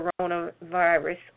coronavirus